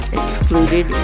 excluded